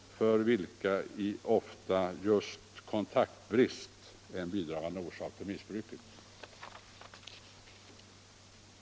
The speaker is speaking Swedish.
för vilka ofta just kontaktbrist är en bidragande orsak till missbruket.